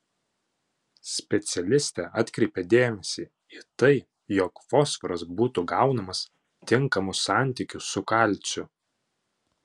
specialistė atkreipia dėmesį į tai jog fosforas būtų gaunamas tinkamu santykiu su kalciu